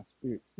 spirit